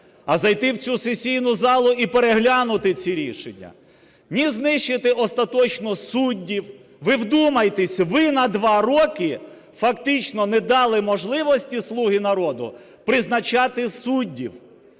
а зайти в цю сесійну залу і переглянути ці рішення, ні знищити остаточно суддів. Ви вдумайтесь, ви на два роки фактично не дали можливості, "Слуги народу", призначати суддів